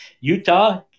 Utah